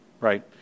right